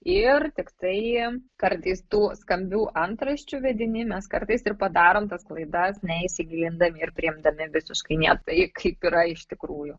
ir tiktai kartais tų skambių antraščių vedini mes kartais ir padarome tas klaidas neįsigilindami ir priimdami visiškai ne tai kaip yra iš tikrųjų